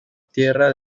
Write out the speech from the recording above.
tierra